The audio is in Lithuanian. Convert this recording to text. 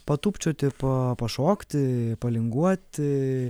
patūpčioti pa pašokti palinguoti